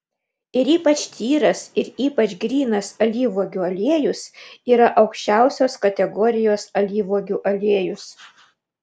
ir ypač tyras ir ypač grynas alyvuogių aliejus yra aukščiausios kategorijos alyvuogių aliejus